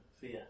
fear